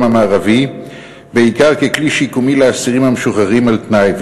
המערבי בעיקר ככלי שיקומי לאסירים המשוחררים על-תנאי,